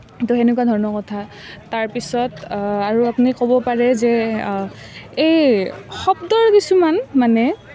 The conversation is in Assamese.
তো সেনেকুৱা ধৰণৰ কথা তাৰপিছত আৰু আপুনি ক'ব পাৰে যে এই শব্দৰ কিছুমান মানে